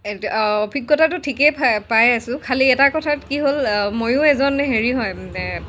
এইটো অভিজ্ঞতাটো ঠিকেই ফা পাই আছোঁ খালি এটা কথাত কি হ'ল ময়ো এজন হেৰি হয়